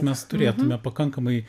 mes turėtume pakankamai